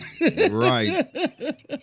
Right